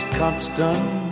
constant